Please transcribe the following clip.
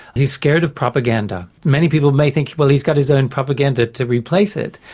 he's scared of propaganda. many people may think, well, he's got his own propaganda to replace it,